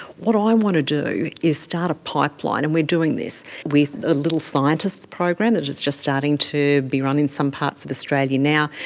what i want to do is start a pipeline, and we are doing this, with a little scientists program that is just starting to be run in some parts of australia now,